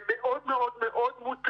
הם מאוד מאוד מוטרדים